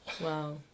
Wow